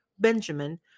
Benjamin